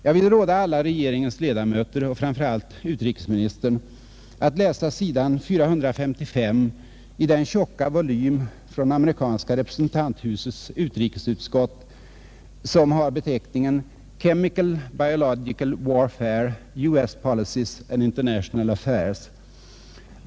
Jag vill råda alla regeringens ledamöter och framför allt utrikesministern att läsa s. 455 i den tjocka volym från amerikanska representanthusets utrikesutskott som har beteckningen ”Chemicalbiological warfare: U.S. policies and international] affairs”.